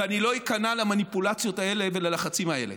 ואני לא איכנע למניפולציות האלה וללחצים האלה.